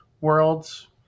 Worlds